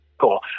Cool